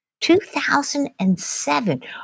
2007